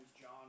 John